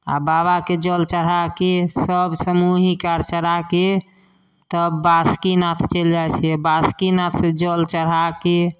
आ बाबाके जल चढ़ाके सब समूहिक आर चढ़ाके तब बासुकीनाथ चलि जाइ छियै बासुकीनाथ से जल चढ़ाके